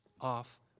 off